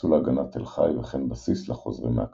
שנחלצו להגנת תל-חי וכן בסיס לחוזרים מהקרב.